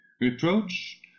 reproach